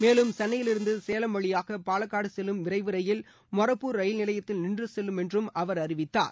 மேலும் சென்னையிலிருந்து சேலம் வழியாக பாலக்காடு செல்லும் விரைவு ரயில் மொரப்பூர் ரயில் நிலையத்தில் நின்றுச் செல்லும் என்றும் அவர் அறிவித்தார்